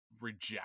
reject